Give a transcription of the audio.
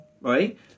right